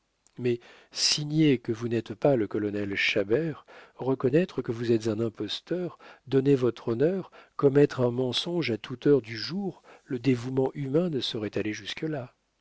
mais signer que vous n'êtes pas le colonel chabert reconnaître que vous êtes un imposteur donner votre honneur commettre un mensonge à toute heure du jour le dévouement humain ne saurait aller jusque-là